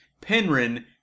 Penryn